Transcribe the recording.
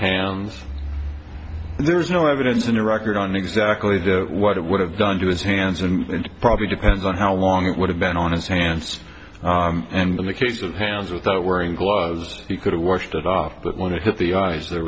his hands there's no evidence in a record on exactly what it would have done to his hands and probably depends on how long it would have been on his hands and in the case of hands without wearing gloves he could have washed it off but when it hit the eyes there